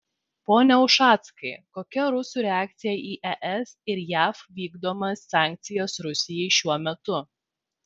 pone ušackai kokia rusų reakcija į es ir jav vykdomas sankcijas rusijai šiuo metu